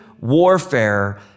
warfare